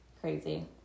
Crazy